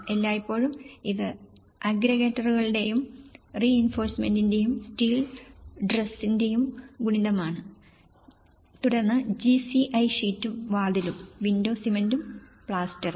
എല്ലായ്പ്പോഴും ഇത് അഗ്രഗേറ്റുകളുടെയും റീഇൻഫോഴ്സ്മെന്റിന്റെയും സ്റ്റീൽ ട്രസ്സിന്റെയും ഗുണിതമാണ് തുടർന്ന് GCI ഷീറ്റും വാതിലും വിൻഡോ സിമന്റും പ്ലാസ്റ്ററും